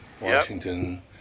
Washington